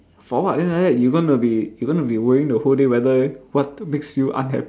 for what then like that you gonna be you gonna be worrying the whole day whether what makes you unhappy